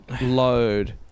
Load